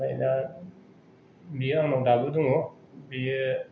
ओमफ्राय दा बियो आंनाव दाबो दङ बियो